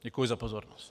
Děkuji za pozornost.